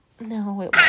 No